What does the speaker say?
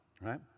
right